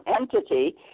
entity